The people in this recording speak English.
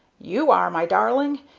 you are, my darling,